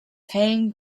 hanged